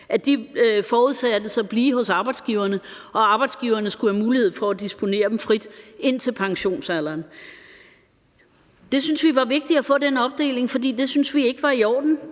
klat – forudsattes at blive hos arbejdsgiverne, og at arbejdsgiverne skulle have mulighed for at disponere dem frit indtil pensionsalderen. Vi synes, det var vigtigt at få den opdeling, for det syntes vi ikke var i orden.